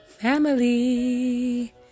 family